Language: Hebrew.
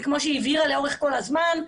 וכפי שהבהירה כל הזמן,